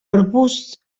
arbusts